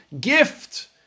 gift